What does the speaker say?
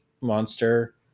monster